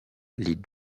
les